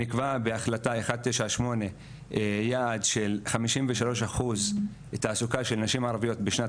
נקבע בהחלטה 198 יעד של 53% בתעסוקה של נשים ערביות בשעת